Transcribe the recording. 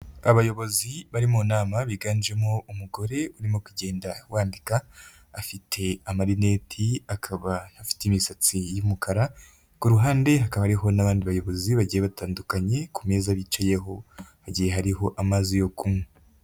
Abayobozi bari mu nama biganjemo umugore urimo kugenda wandika afite amarineti akaba afite imisatsi y'umukara, ku ruhande hakaba hariho n'abandi bayobozi bagiye batandukanye ku meza bicayeho mu gihe hariho amazi yo kunywa.